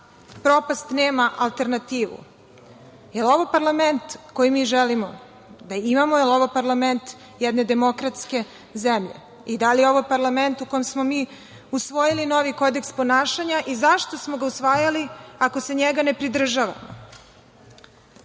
propast nema alternativu. Jel ovo parlament koji želimo da imamo? Jel ovo parlament jedne demokratske zemlje? I da li je ovo parlament u kome smo mi usvojili novi kodeks ponašanja i zašto smo ga usvajali ako se njega ne pridržavamo? To